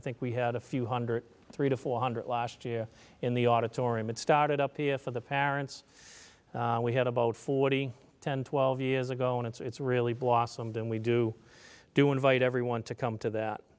think we had a few hundred three to four hundred last year in the auditorium it started up here for the parents we had about forty ten twelve years ago and it's really blossomed and we do do invite everyone to come to that